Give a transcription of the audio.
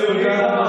אתה ציוני גם עכשיו.